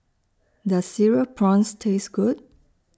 Does Cereal Prawns Taste Good